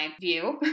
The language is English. view